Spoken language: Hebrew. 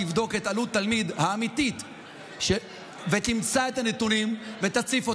תבדוק את עלות התלמיד האמיתית ותמצא את הנתונים ותציף אותם.